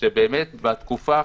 שבאמת בתקופה האחרונה,